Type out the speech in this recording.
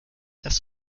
dass